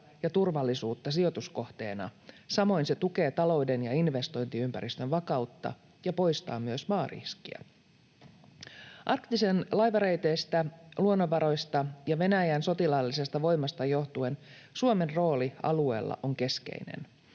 ja turvallisuutta sijoituskohteena. Samoin se tukee talouden ja investointiympäristön vakautta ja poistaa myös maariskiä. Arktisen alueen laivareiteistä, luonnonvaroista ja Venäjän sotilaallisesta voimasta johtuen Suomen rooli alueella on keskeinen.